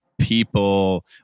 people